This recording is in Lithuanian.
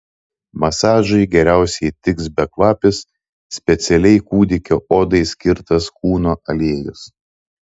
masažui geriausiai tiks bekvapis specialiai kūdikio odai skirtas kūno aliejus